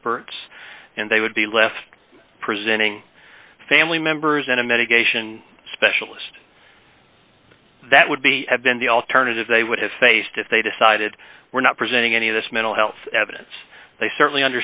experts and they would be left presenting family members in a medication specialist that would be have been the alternative they would have faced if they decided we're not presenting any of this mental health evidence they certainly